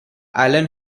allen